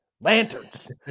Lanterns